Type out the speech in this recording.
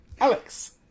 Alex